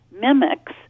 mimics